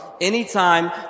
Anytime